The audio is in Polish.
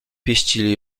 pieścili